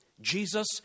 Jesus